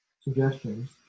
suggestions